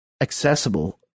accessible